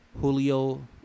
Julio